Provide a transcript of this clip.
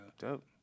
Dope